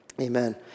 Amen